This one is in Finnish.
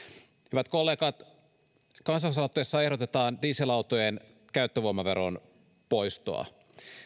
hyvät kollegat kansalaisaloitteessa ehdotetaan dieselautojen käyttövoimaveron poistoa